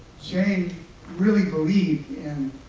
jane really believed in